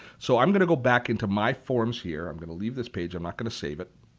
so i'm going to go back into my forms here. i'm going to leave this page. i'm not going to save it